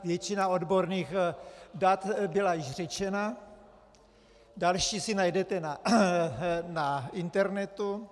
Většina odborných dat byla již řečena, další si najdete na internetu.